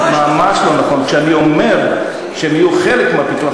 כשאני אומר שהם יהיו חלק מהפיתוח,